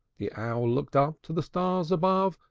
the owl looked up to the stars above,